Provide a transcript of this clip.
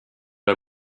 are